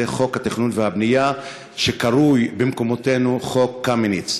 וזה חוק התכנון והבנייה שקרוי במקומותינו חוק קמיניץ.